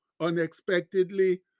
unexpectedly